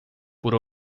por